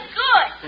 good